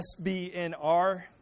SBNR